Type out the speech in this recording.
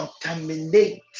contaminate